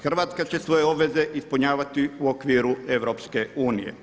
Hrvatska će svoje obveze ispunjavati u okviru EU.